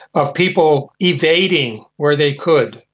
of people evading where they could,